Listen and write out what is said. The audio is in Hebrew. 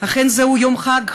אכן זה יום חג,